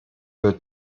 für